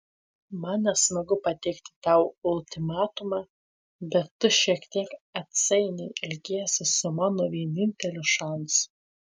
man nesmagu pateikti tau ultimatumą bet tu šiek tiek atsainiai elgiesi su mano vieninteliu šansu